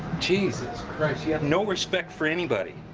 jesus christ. you have no respect for anybody.